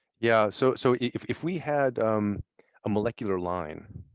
yeah so so if if we had um molecular line.